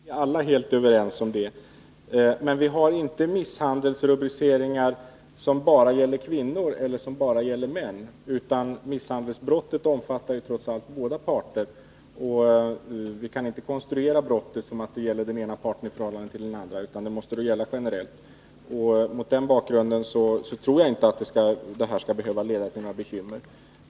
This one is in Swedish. Herr talman! I fråga om det sista som Eva Winther nu sade delar jag helt och hållet hennes uppfattning. Vi är alla överens om detta. Men vi har inte misshandelsrubriceringar som bara gäller kvinnor eller som bara gäller män. Misshandelsbrottet omfattar trots allt båda parter. Vi kan inte konstruera en brottsbeskrivning som bara gäller den ena parten i förhållande till den andra, utan den måste gälla generellt. Mot den bakgrunden tror jag inte att reglerna skall behöva leda till några bekymmer.